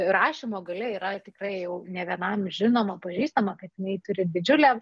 rašymo galia yra tikrai jau ne vienam žinoma pažįstama kad jinai turi didžiulę